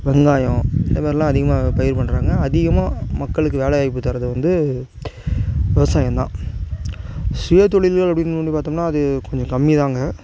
வெங்காயம் இந்த மாரில்லாம் அதிகமாக பயிர் பண்றாங்க அதிகமாக மக்களுக்கு வேலை வாய்ப்பு தரது வந்து விவசாயம் தான் சுய தொழில்கள் அப்படினு வந்து பார்த்தோம்ன்னா அது கொஞ்சம் கம்மி தான் அங்கே